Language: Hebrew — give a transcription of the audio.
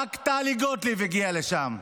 רק טלי גוטליב הגיעה לשם.